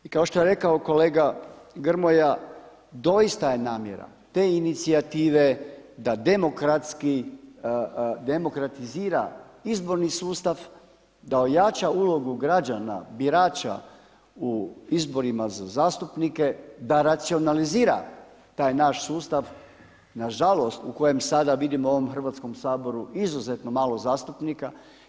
I kao što je rekao kolega Grmoja, doista je namjera te inicijative da demokratski demokratizira izborni sustav, da ojača ulogu građana birača u izborima za zastupnike, da racionalizira taj naš sustav, na žalost u kojem sada vidimo u ovom Hrvatskom saboru izuzetno malo zastupnika.